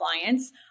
clients